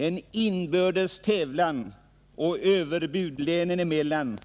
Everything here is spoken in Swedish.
En inbördes tävlan och överbud länen emellan